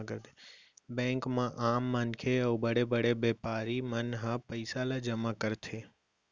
bank म आम मनखे अउ बड़े बड़े बेपारी मन ह पइसा ल जमा करथे